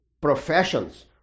professions